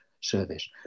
Service